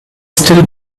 still